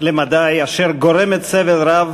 למדי אשר גורמת סבל רב,